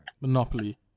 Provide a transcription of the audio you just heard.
Monopoly